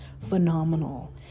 phenomenal